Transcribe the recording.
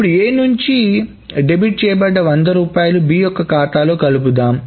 ఇప్పుడు A నుంచి debit చేయబడ్డ 100 రూపాయలు B యొక్క ఖాతాలో కలుపుదాం